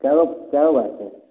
कै गो कै गो है पेड़